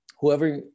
whoever